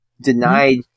denied